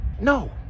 No